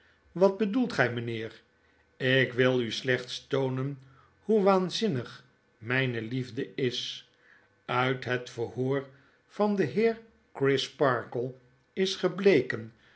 wat bedoelt gij mijnheer ik wil u slechts toonen hoe waanzinnig mijne liefde is uit het verhoor van den heer crisparkle is gebleken